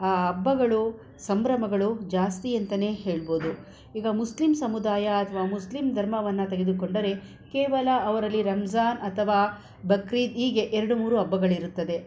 ಆ ಹಬ್ಬಗಳು ಸಂಭ್ರಮಗಳು ಜಾಸ್ತಿ ಅಂತನೇ ಹೇಳ್ಬೋದು ಈಗ ಮುಸ್ಲಿಮ್ ಸಮುದಾಯ ಅಥವಾ ಮುಸ್ಲಿಮ್ ಧರ್ಮವನ್ನು ತೆಗೆದುಕೊಂಡರೆ ಕೇವಲ ಅವರಲ್ಲಿ ರಂಜಾನ್ ಅಥವಾ ಬಕ್ರೀದ್ ಹೀಗೆ ಎರಡು ಮೂರು ಹಬ್ಬಗಳಿರುತ್ತದೆ